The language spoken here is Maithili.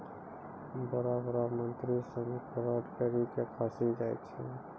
बड़ो बड़ो मंत्री सिनी फरौड करी के फंसी जाय छै